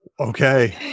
Okay